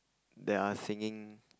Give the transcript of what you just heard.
that are singing